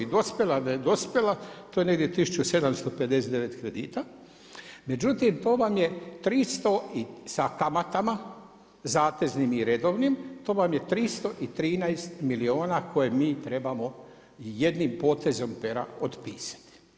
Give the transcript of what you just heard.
I dospjela, nedospjela to je negdje 1759 kredita, međutim to vam je 300, sa kamatama zateznim i redovnim, to vam je 313 milijuna koje mi trebamo jednim potezom pera otpisati.